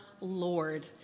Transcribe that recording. Lord